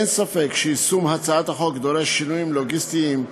אין ספק שיישום הצעת החוק דורש שינויים לוגיסטיים,